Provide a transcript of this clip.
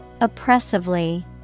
Oppressively